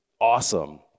awesome